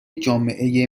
جامعه